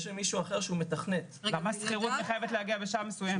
יש אחר שהוא מתכנת --- למה השכירות מחייבת להגיע בשעה מסוימת?